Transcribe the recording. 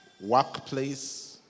workplace